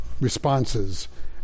responses